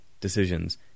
decisions